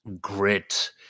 grit